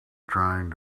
trying